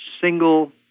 single